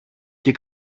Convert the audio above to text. και